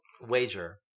wager